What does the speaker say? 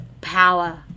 power